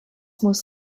muss